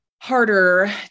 harder